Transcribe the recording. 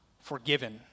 forgiven